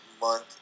month